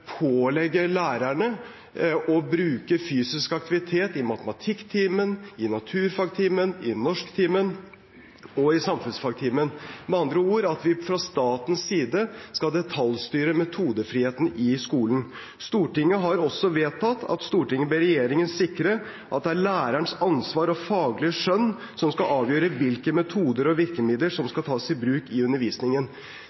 pålegge lærerne å bruke fysisk aktivitet i matematikktimen, i naturfagtimen, i norsktimen og i samfunnsfagtimen, med andre ord at vi fra statens side skal detaljstyre metodefriheten i skolen. Stortinget har også vedtatt: «Stortinget ber regjeringen sikre at det er lærernes ansvar og faglige skjønn som skal avgjøre hvilke metoder og virkemidler som